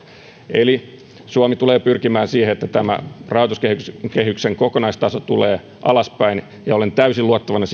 eli suomi tulee pyrkimään siihen että tämä rahoituskehyksen kokonaistaso tulee alaspäin ja olen täysin luottavainen